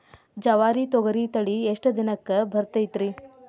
ಜವಾರಿ ತೊಗರಿ ತಳಿ ಎಷ್ಟ ದಿನಕ್ಕ ಬರತೈತ್ರಿ?